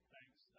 Thanks